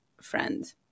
friend